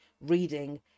reading